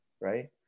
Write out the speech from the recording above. Right